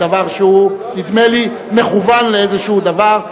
נדמה לי שזה מכוון לאיזה דבר.